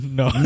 no